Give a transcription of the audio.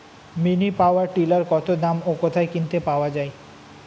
Mini power tiller কত দাম ও কোথায় কিনতে পাওয়া যায়?